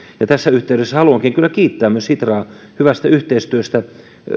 tässä yhteydessä haluankin kyllä kiittää myös sitraa hyvästä yhteistyöstä